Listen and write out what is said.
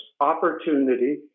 opportunity